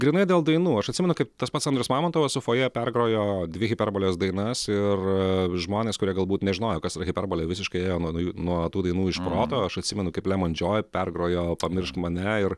grynai dėl dainų aš atsimenu kaip tas pats andrius mamontovas ufoje pergrojo dvi hiperbolės dainas ir žmonės kurie galbūt nežinojo kas yra hiperbolė visiškai ėjo nuo j nuo tų dainų iš proto aš atsimenu kaip lemon džoj pergrojo pamiršk mane ir